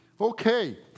Okay